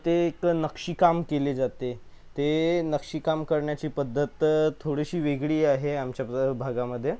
ते एक नक्षीकाम केले जाते ते नक्षीकाम करण्याची पद्धत थोडीशी वेगळी आहे आमच्या भागामध्ये